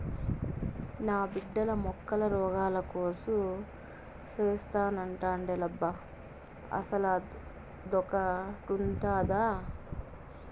నా బిడ్డ మొక్కల రోగాల కోర్సు సేత్తానంటాండేలబ్బా అసలదొకటుండాదా